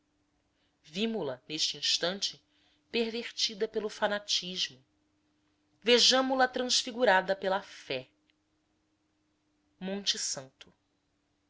vimo la neste instante desvairada pelo fanatismo vejamo la transfigurada pela fé monte santo